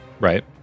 Right